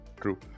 true